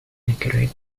inaccurate